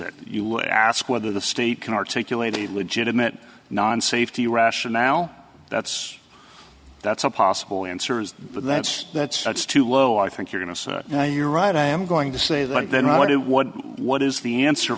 it you would ask whether the state can articulate a legitimate non safety rationale that's that's a possible answer is that's that's that's too low i think you're going to you're right i am going to say that then what it would what is the answer